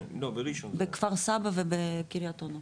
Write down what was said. בכפר סבא ובקריית אונו.